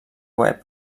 web